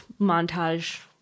montage